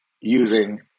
using